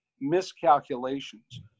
miscalculations